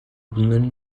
bunların